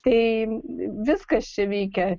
tai viskas čia veikia